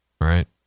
right